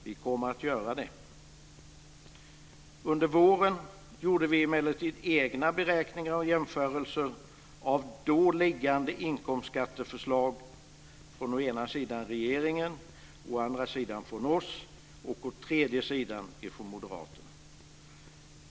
Vi kommer att göra det. Under våren gjorde vi emellertid egna beräkningar och jämförelser av då liggande inkomstskatteförslag från regeringen, från oss och från Moderaterna.